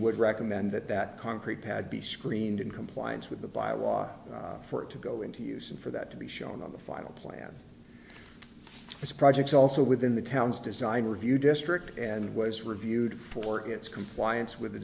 would recommend that that concrete pad be screened in compliance with the bylaws for it to go into use and for that to be shown on the final plan it's projects also within the town's design review district and was reviewed for its compliance with the